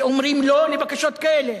שאומרים לא לבקשות כאלה?